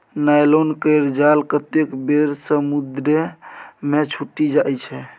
nylon केर जाल कतेक बेर समुद्रे मे छुटि जाइ छै